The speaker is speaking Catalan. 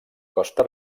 costa